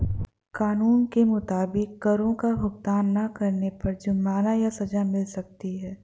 कानून के मुताबिक, करो का भुगतान ना करने पर जुर्माना या सज़ा मिल सकती है